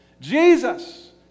Jesus